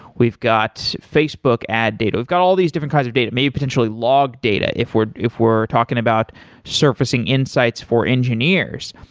we've got facebook ad data. we've got all these different kinds of data. maybe potentially log data if we're if we're talking about surfacing insights for engineers.